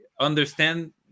understand